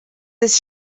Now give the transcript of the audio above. this